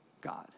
God